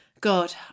God